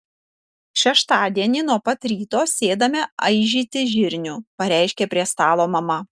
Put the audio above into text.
šeštadienį nuo pat ryto sėdame aižyti žirnių pareiškė prie stalo mama